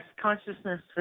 consciousness